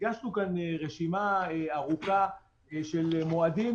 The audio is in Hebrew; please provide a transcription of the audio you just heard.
הגשנו כאן רשימה ארוכה של מועדים,